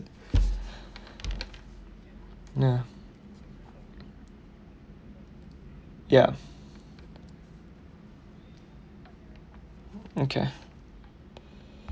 ya ya okay